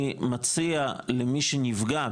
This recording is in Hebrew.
אני מציע למי שנפגע,